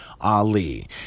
Ali